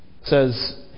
says